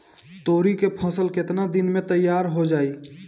तोरी के फसल केतना दिन में तैयार हो जाई?